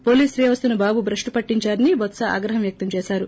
police వ్యవస్థను బాబు భ్రష్టు పట్టించారని బొత్స ఆగ్రహం వ్యక్తం చేశారు